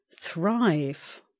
thrive